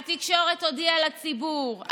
התקשורת הודיעה לציבור,